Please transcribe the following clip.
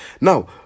Now